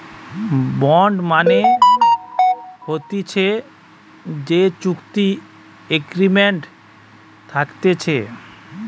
bond মানে হতিছে যে চুক্তি এগ্রিমেন্ট থাকতিছে